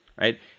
Right